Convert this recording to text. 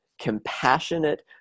compassionate